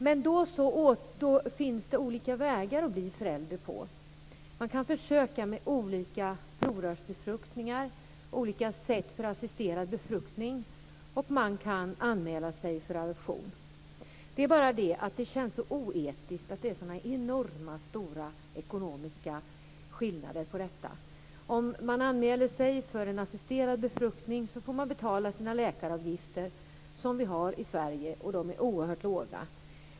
Det finns då olika vägar att bli förälder. Man kan försöka med olika provrörsbefruktningar och olika typer av assisterad befruktning, och man kan anmäla sig för adoption. Det är bara det att det känns så oetiskt att det är så enormt stora ekonomiska skillnader. Om man anmäler sig för att få en assisterad befruktning får man betala de läkaravgifter som vi har i Sverige, och de är oerhört låga.